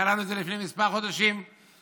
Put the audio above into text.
היה לנו את זה לפני כמה חודשים כשהממשלה